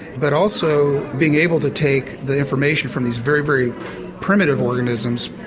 but also being able to take the information from this very, very primitive organisms,